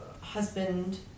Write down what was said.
husband